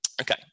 Okay